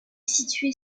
située